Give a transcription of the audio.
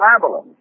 Babylon